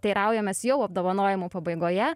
teiraujamės jau apdovanojimų pabaigoje